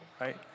right